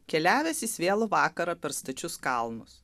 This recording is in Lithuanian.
keliavęs jis vėlų vakarą per stačius kalnus